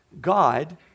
God